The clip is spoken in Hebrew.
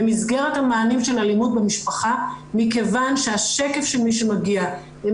במסגרת המענים של אלימות במשפחה מכיוון שהשקף של מי שמגיע הן